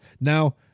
Now